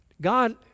God